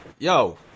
Yo